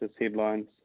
headlines